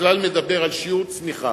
הכלל מדבר על שיעור צמיחה,